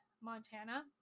Montana